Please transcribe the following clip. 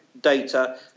data